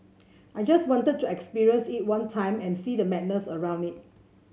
I just wanted to experience it one time and see the madness around it